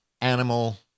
animal